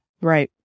right